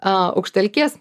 a aukštelkės